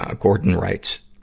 ah gordon writes,